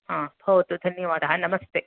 आम् भवतु धन्यवाद नमस्ते